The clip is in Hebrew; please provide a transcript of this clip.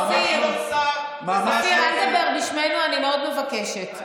אופיר, אל תדבר בשמנו, אני מאוד מבקשת.